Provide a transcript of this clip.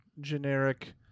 generic